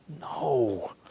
No